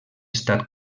estat